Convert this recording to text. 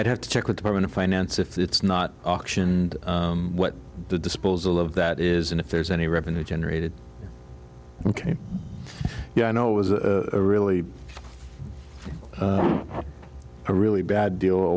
t have to check with department of finance if it's not auctioned what the disposal of that is and if there's any revenue generated ok yeah i know it was a really really bad deal